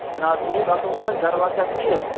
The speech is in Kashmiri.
جِناب ٹھیٖک اَصٕل پٲٹھۍ گَرٕ بار چھا ٹھیٖک